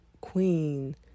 queen